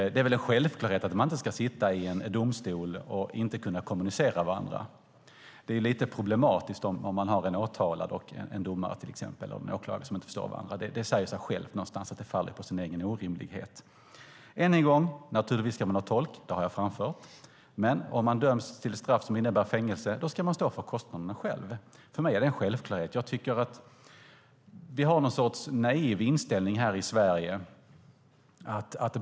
Det är väl en självklarhet att man inte ska sitta i en domstol och inte kunna kommunicera med varandra. Det är lite problematiskt om man har en åtalad, en domare och en åklagare som inte förstår varandra. Det säger sig självt att det faller på sin egen orimlighet. Än en gång: Naturligtvis ska man ha tolk. Det har jag framfört. Men om man döms till straff som innebär fängelse ska man stå för kostnaderna själv. För mig är det en självklarhet. Jag tycker att vi har en sorts naiv inställning här i Sverige.